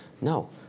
No